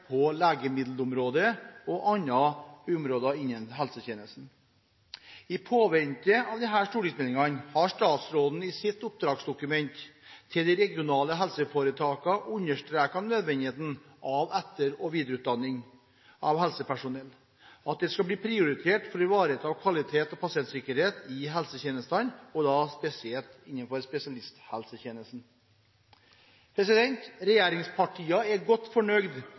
på legemiddelområdet og andre områder innen helsetjenesten. I påvente av disse stortingsmeldingene har statsråden i sitt oppdragsdokument til de regionale helseforetakene understreket nødvendigheten av etter- og videreutdanning av helsepersonell, at det skal bli prioritert for å ivareta kvalitet og pasientsikkerhet i helsetjenestene, og da spesielt innenfor spesialisthelsetjenesten. Regjeringspartiene er godt fornøyd